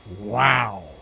Wow